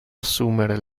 assumere